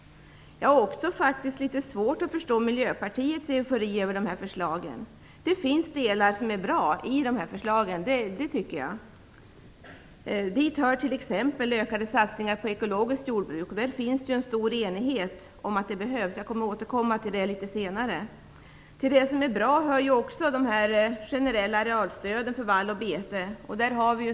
Jag har också litet svårt att förstå Miljöpartiets eufori över förslagen. Det finns delar av förslagen som är bra. Dit hör t.ex. ökade satsningar på ekologiskt jordbruk. Det finns en stor enighet på det området. Jag skall återkomma till det litet senare. Till det som är bra hör också de generella arealstöden för vall och bete.